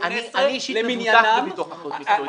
סעיף 38. הסעיף הזה למעשה מפנה לתוספת לגבי הון עצמי מזערי.